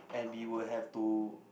and we would have to